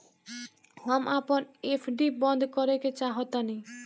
हम अपन एफ.डी बंद करेके चाहातानी